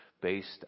based